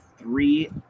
three